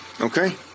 Okay